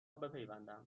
بپیوندم